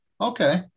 Okay